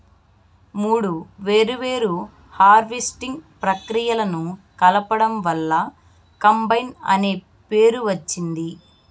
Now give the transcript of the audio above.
మూడు వేర్వేరు హార్వెస్టింగ్ ప్రక్రియలను కలపడం వల్ల కంబైన్ అనే పేరు వచ్చింది